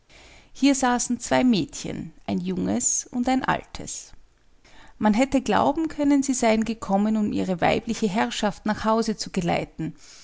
hier saßen zwei mädchen ein junges und ein altes man hätte glauben können sie seien gekommen um ihre weibliche herrschaft nach hause zu geleiten